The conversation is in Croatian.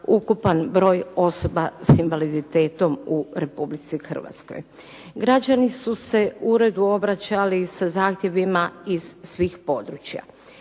ukupan broj osoba s invaliditetom u Republici Hrvatskoj. Građani su se uredu obraćali sa zahtjevima iz svih područja.